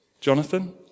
Jonathan